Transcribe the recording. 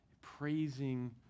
praising